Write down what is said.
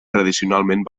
tradicionalment